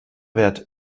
wert